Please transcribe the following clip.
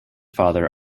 father